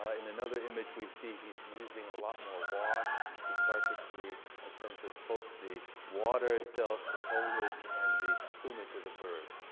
ah in another image, we see he's using a lot more wash to start to create a sense of both the water itself, the foliage, and the plumage of the bird.